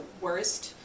worst